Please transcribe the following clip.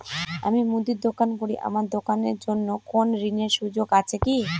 আমি মুদির দোকান করি আমার দোকানের জন্য কোন ঋণের সুযোগ আছে কি?